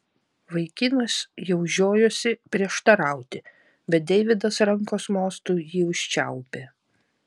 vaikinas jau žiojosi prieštarauti bet deividas rankos mostu jį užčiaupė